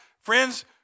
Friends